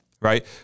right